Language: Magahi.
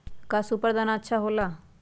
का सुपर दाना अच्छा हो ला पशु ला?